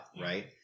Right